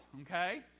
okay